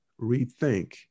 rethink